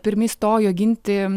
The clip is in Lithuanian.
pirmi stojo ginti